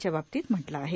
च्या बातमीत म्हटलं आहे